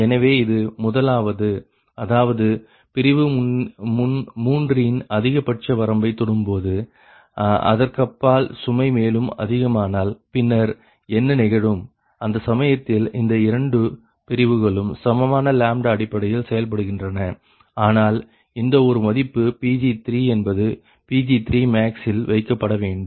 எனவே இது முதலாவது அதாவது பிரிவு மூன்றின் அதிகபட்ச வரம்பை தொடும்போது அதற்கப்பால் சுமை மேலும் அதிகமானால் பின்னர் என்ன நிகழும் அந்த சமயத்தில் இந்த இரண்டு பிரிவுகளும் சமமான λ அடிப்படையில் செயல்படுகின்றன ஆனால் இந்த ஒரு மதிப்பு Pg3என்பது Pg3max இல் வைக்கப்பட வேண்டும்